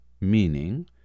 meaning